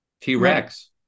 T-Rex